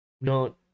No